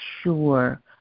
sure